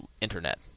internet